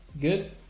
Good